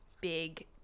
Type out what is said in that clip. big